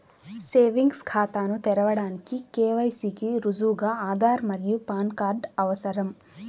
savings ఖాతాను తెరవడానికి KYC కి రుజువుగా ఆధార్ మరియు పాన్ కార్డ్ అవసరం